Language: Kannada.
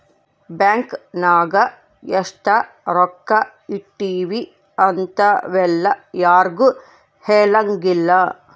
ಬ್ಯಾಂಕ್ ನಾಗ ಎಷ್ಟ ರೊಕ್ಕ ಇಟ್ತೀವಿ ಇಂತವೆಲ್ಲ ಯಾರ್ಗು ಹೆಲಂಗಿಲ್ಲ